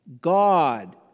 God